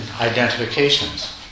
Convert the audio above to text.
identifications